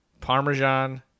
Parmesan